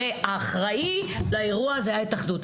הרי האחראית לאירוע היתה ההתאחדות.